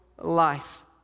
life